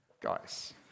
Guys